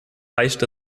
reicht